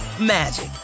magic